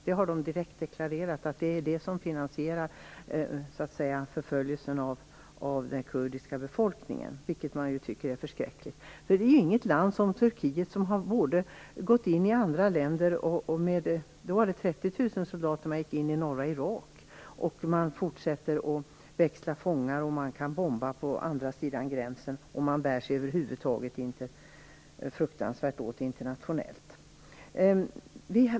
Man har direkt deklarerat att det är dessa pengar som finansierar förföljelsen av den kurdiska befolkningen, vilket ju är förskräckligt. 30 000 soldater gick in i norra Irak, man fortsätter att utväxla fångar, man bombar på andra sidan gränsen och bär sig åt på ett fruktansvärt sätt internationellt.